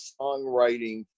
songwriting